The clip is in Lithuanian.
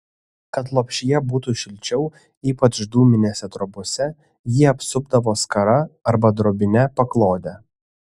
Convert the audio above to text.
kad lopšyje būtų šilčiau ypač dūminėse trobose jį apsupdavo skara arba drobine paklode